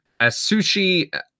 Asushi